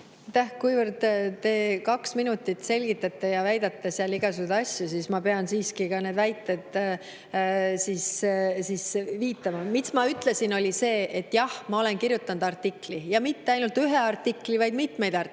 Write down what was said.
Aitäh! Kuivõrd te kaks minutit selgitate ja väidate seal igasuguseid asju, siis ma pean siiski ka nendele väidetele viitama. Mis ma ütlesin, oli see, et jah, ma olen kirjutanud artikli, ja mitte ainult ühe artikli, vaid mitmeid artikleid.